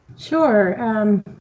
Sure